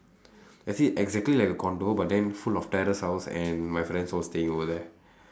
actually exactly like a condo but then full of terrace house and my friends all staying over there